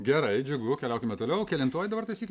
gerai džiugu keliaukime toliau kelintoji dabar taisyklė